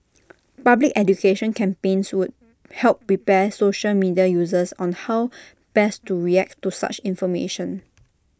public education campaigns would help prepare social media users on how best to react to such information